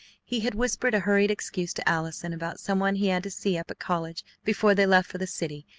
he had whispered a hurried excuse to allison about someone he had to see up at college before they left for the city,